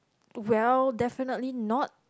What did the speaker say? well definitely not